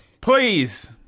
Please